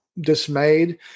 dismayed